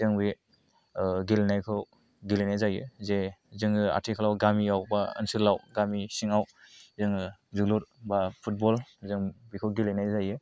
जों बे गेलेनायखौ गेलेनाय जायो जे जोङो आथिखालाव गामियाव बा ओनसोलाव गामि सिङाव जोङो जोलुर बा फुटबल जों बेखौ गेलेनाय जायो